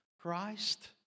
Christ